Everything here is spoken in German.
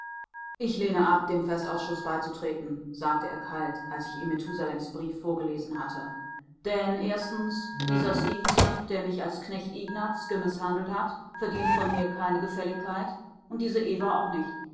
ich lehne ab dem festausschuß beizutreten sagte er kalt als ich ihm methusalems brief vorgelesen hatte denn erstens dieser stefenson der mich als knecht ignaz gemißhandelt hat verdient von mir keine gefälligkeit und diese eva auch nicht